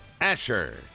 Asher